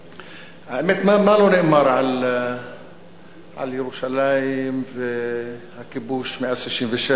האמת, מה לא נאמר על ירושלים והכיבוש מאז 1967?